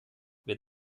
wird